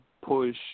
push